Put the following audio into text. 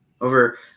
over